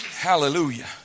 hallelujah